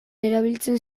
erabiltzen